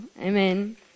Amen